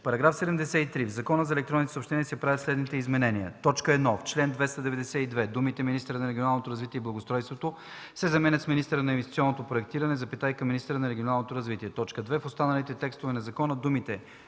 § 73: „§ 73. В Закона за електронните съобщения се правят следните изменения: 1. В чл. 292 думите „министъра на регионалното развитие и благоустройството” се заменят с „министъра на инвестиционното проектиране, министъра на регионалното развитие”. 2. В останалите текстове на закона думите